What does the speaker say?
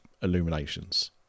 Illuminations